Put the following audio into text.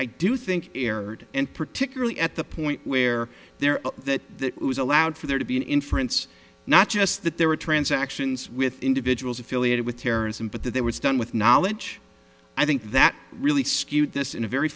i do think erred and particularly at the point where there that allowed for there to be an inference not just that there were transactions with individuals affiliated with terrorism but that there was done with knowledge i think that really skewed this in a very